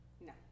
No